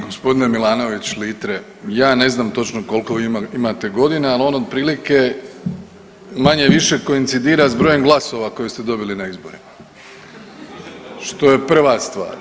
Gospodine Milanović Litre, ja ne znam točno kolko vi imate godina, al on otprilike manje-više koincidira s brojem glasova koje ste dobili na izborima što je prva stvar.